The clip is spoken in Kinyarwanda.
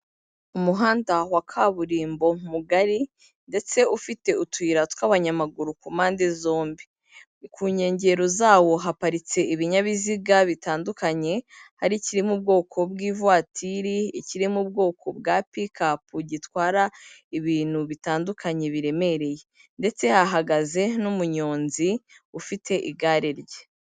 Umuhanda wa kaburimbo mugari ndetse ufite utuyira tw'abanyamaguru ku mpande zombi, ku nkengero zawo haparitse ibinyabiziga bitandukanye, hari ikiri mu bwoko bw'ivatiri, ikiri mu bwoko bwa pikapu gitwara ibintu bitandukanye biremereye ndetse hahagaze n'umunyonzi ufite igare rye.